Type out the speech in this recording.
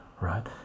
right